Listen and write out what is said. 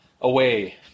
away